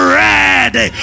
ready